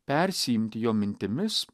persiimti jo mintimis